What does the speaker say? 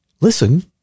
Listen